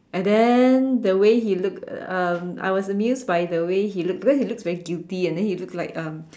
and then the way he looked um I was amused by the way he looked because he looked very guilty and then he looked like um